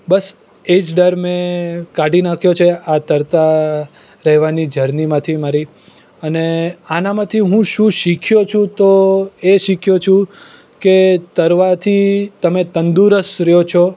બસ એ જ ડર મેં કાઢી નાખ્યો છે આ તરતાં રહેવાની જર્નીમાંથી મારી અને આનમાંથી હું શું શીખ્યો છું તો એ શીખ્યો છું કે તરવાથી તમે તંદુરસ્ત રહો છો